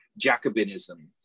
Jacobinism